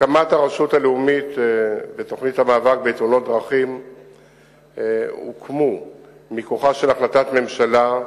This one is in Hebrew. הרשות הלאומית ותוכנית המאבק בתאונות דרכים הוקמו מכוחה של החלטת ממשלה,